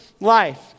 life